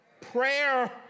Prayer